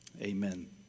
amen